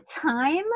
time